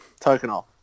Tokenol